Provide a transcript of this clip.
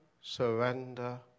surrender